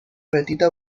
petita